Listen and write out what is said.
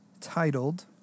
titled